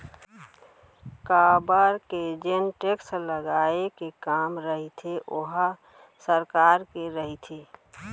काबर के जेन टेक्स लगाए के काम रहिथे ओहा सरकार के रहिथे